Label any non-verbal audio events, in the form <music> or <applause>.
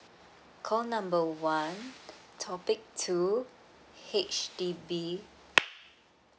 call number one topic two H_D_B <noise>